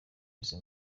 izi